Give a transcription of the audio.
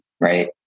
right